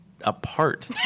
apart